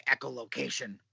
echolocation